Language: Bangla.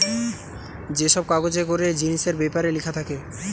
যে সব কাগজে করে জিনিসের বেপারে লিখা থাকে